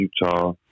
Utah